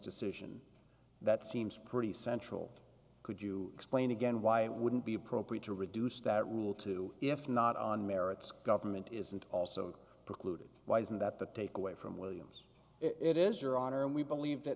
decision that seems pretty central could you explain again why it wouldn't be appropriate to reduce that rule to if not on merits government isn't also precluded why isn't that the take away from williams it is your honor and we believe that